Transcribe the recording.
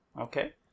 okay